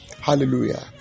Hallelujah